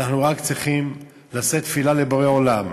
אנחנו רק צריכים לשאת תפילה לבורא עולם,